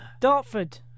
Dartford